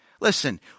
Listen